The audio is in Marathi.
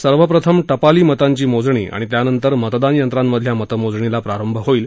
सर्वप्रथम पोली मतांची मोजणी आणि त्यानंतर मतदान यंत्रांमधल्या मतमोजणीला प्रारंभ होईल